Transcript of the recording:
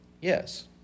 Yes